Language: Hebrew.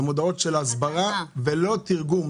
זה מודעות של הסברה, לא תרגום.